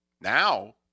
Now